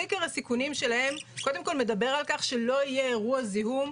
סקר הסיכונים שלהם קודם כל מדבר על כך שלא יהיה אירוע זיהום,